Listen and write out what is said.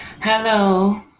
Hello